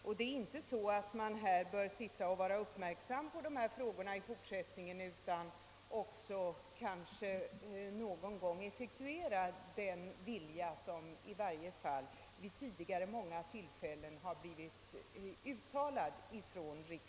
Och man bör inte bara vara uppmärksam på dessa frågor i fortsättningen utan någon gång också förverkliga de önskemål som riksdagen vid flera tillfällen uttalat.